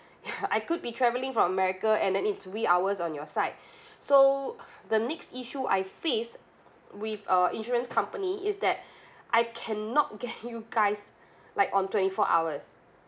ya I could be travelling from america and then it's wee hours on your side so the next issue I faced with uh insurance company is that I cannot get you guys like on twenty four hours